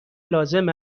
لازم